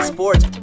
Sports